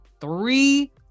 three